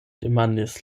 demandis